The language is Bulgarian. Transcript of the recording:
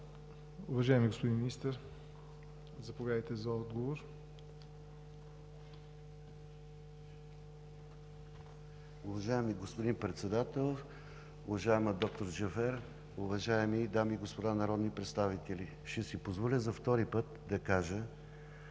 Уважаеми господин Министър, заповядайте за отговор. МИНИСТЪР КИРИЛ АНАНИЕВ: Уважаеми господин Председател, уважаема доктор Джафер, уважаеми дами и господа народни представители! Ще си позволя за втори път да кажа,